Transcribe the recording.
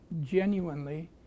genuinely